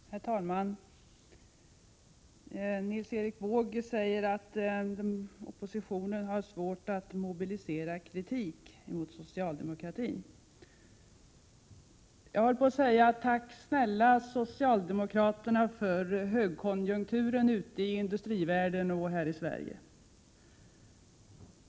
Herr talman! Nils Erik Wååg säger att oppositionen har svårt att mobilisera kritik mot socialdemokratin. Jag höll på att säga: Tack, snälla socialdemokraterna, för högkonjunkturen ute i industrivärlden och här i Sverige!